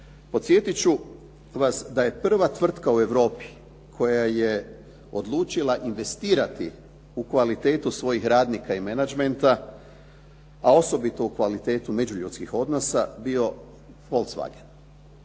Podsjetit ću vas da je prva tvrtka u Europi koja je odlučila investirati u kvalitetu svojih radnika i menadžmenta, a osobito u kvalitetu međuljudskih odnosa, bio Volkswagen.